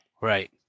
Right